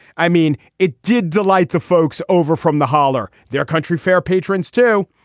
i mean it did delight the folks over from the holler their country fair patrons too.